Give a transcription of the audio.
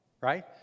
right